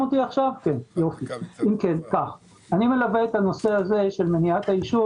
אני מלווה את הנושא הזה של מניעת העישון